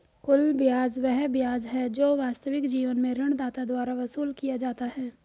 कुल ब्याज वह ब्याज है जो वास्तविक जीवन में ऋणदाता द्वारा वसूल किया जाता है